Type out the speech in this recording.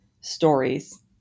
stories